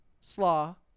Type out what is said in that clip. slaw